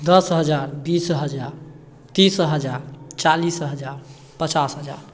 दस हजार बीस हजार तीस हजार चालिस हजार पचास हजार